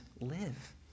live